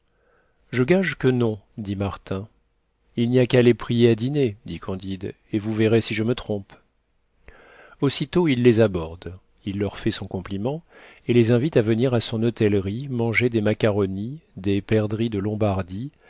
je gage que non dit martin il n'y a qu'à les prier à dîner dit candide et vous verrez si je me trompe aussitôt il les aborde il leur fait son compliment et les invite à venir à son hôtellerie manger des macaronis des perdrix de lombardie